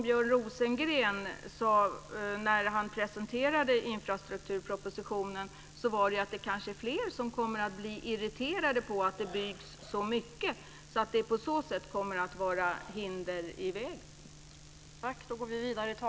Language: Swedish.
Björn Rosengren sade när han presenterade infrastrukturpropositionen att kanske fler kommer att bli irriterade på att det byggs så mycket och därmed kommer att utgöra hinder.